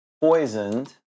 Poisoned